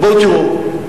בואו תראו,